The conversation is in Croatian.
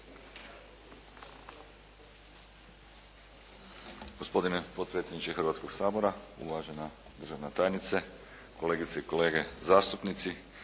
Gospodine potpredsjedniče Hrvatskog sabora, uvažena državna tajnice, kolegice i kolege zastupnici.